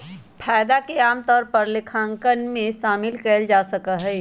फायदा के आमतौर पर लेखांकन में शामिल कइल जा सका हई